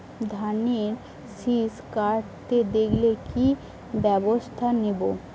ধানের শিষ কাটতে দেখালে কি ব্যবস্থা নেব?